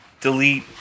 delete